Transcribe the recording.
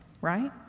right